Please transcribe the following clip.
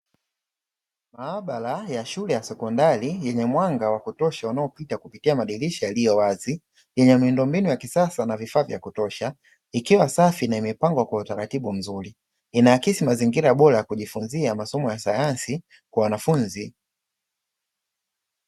Maabara ya shule ya sekondari yenye mwanga wa kutosha unaopita kupitia madirisha yaliyo wazi. Yenye miundombinu ya kisasa na vifaa vya kutosha, ikiwa safi na imepangwa kwa utaratibu mzuri. Inaakisia mazingira bora ya kujifunzia masomo ya sayansi kwa wanafunzi.